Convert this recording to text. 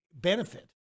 benefit